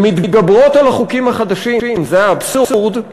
שמתגברות על החוקים החדשים, שזה האבסורד,